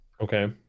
Okay